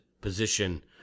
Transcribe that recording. position